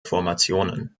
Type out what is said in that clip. formationen